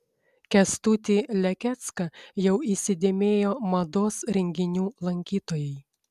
kęstutį lekecką jau įsidėmėjo mados renginių lankytojai